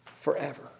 forever